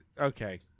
Okay